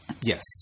yes